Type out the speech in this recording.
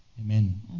Amen